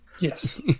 Yes